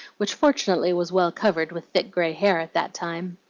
which fortunately was well covered with thick gray hair at that time.